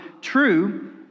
true